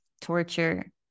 torture